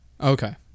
Okay